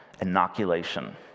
inoculation